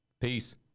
Peace